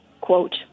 quote